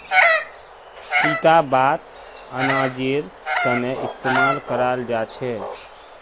इटा बात अनाजेर तने इस्तेमाल कराल जा छे